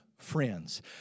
friends